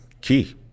key